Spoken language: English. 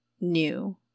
new